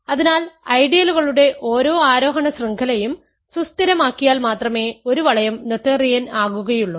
അതിനാൽ ഐഡിയലുകളുടെ ഓരോ ആരോഹണ ശൃംഖലയും സുസ്ഥിരമാക്കിയാൽ മാത്രമേ ഒരു വളയം നോതേറിയൻ ആകുകയുള്ളൂ